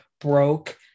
broke